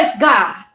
God